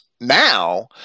now